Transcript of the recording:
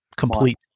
complete